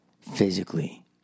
Physically